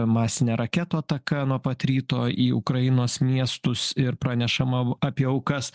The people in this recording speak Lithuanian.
masinė raketų ataka nuo pat ryto į ukrainos miestus ir pranešama apie aukas